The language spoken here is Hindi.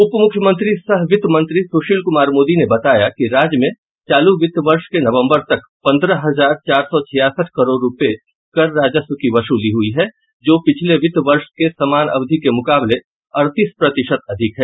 उप मुख्यमंत्री सह वित्त मंत्री सुशील कुमार मोदी ने बताया कि राज्य में चालू वित्त वर्ष के नवंबर तक पन्द्रह हजार चार सौ छियासठ करोड़ रुपये कर राजस्व की वसूली हुई है जो पिछले वित्त वर्ष की समान अवधि के मुकाबले अड़तीस प्रतिशत अधिक है